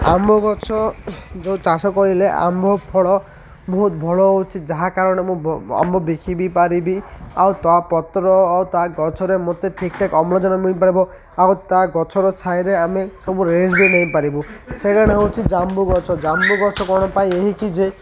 ଆମ୍ବ ଗଛ ଯେଉଁ ଚାଷ କରିଲେ ଆମ୍ବ ଫଳ ବହୁତ ଭଳ ହେଉଛି ଯାହା କାରଣ ମୁଁ ଆମ୍ବ ବିକି ବି ପାରିବି ଆଉ ତା ପତ୍ର ଆଉ ତା ଗଛରେ ମତେ ଠିକ୍ଠାକ୍ ଅମ୍ଳଜାନ ମିଳିପାରିବ ଆଉ ତା ଗଛର ଛାଇରେ ଆମେ ସବୁ ବି ନେଇପାରିବୁ ସେ ଜଣ ହେଉଛି ଜାମୁ ଗଛ ଜାମୁ ଗଛ କ'ଣ ପାଇଁ ଏହିକି ଯେ